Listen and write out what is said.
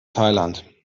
thailand